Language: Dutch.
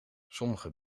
sommige